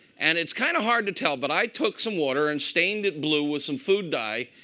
and it's kind of hard to tell. but i took some water and stained it blue with some food dye.